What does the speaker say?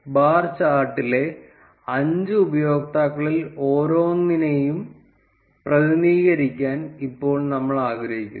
bar ചാർട്ടിലെ 5 ഉപയോക്താക്കളിൽ ഓരോന്നിനെയും പ്രതിനിധീകരിക്കാൻ ഇപ്പോൾ നമ്മൾ ആഗ്രഹിക്കുന്നു